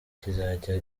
kizajya